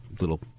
little